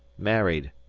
married,